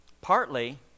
partly